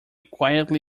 quietly